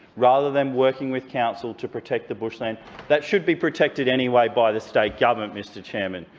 rather than working with council to protect the bushland that should be protected anyway by the state government, mr chairman,